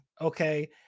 Okay